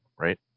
right